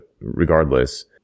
regardless